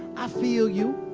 i feel you,